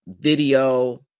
Video